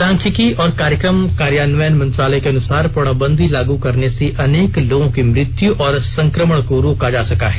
सांख्यिकी और कार्यक्रम कार्यान्वयन मंत्रालय के अनुसार पूर्णबंदी लागू करने से अनेक लोगों की मृत्यू और संक्रमण को रोका जा सका है